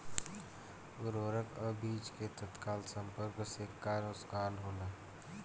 उर्वरक अ बीज के तत्काल संपर्क से का नुकसान होला?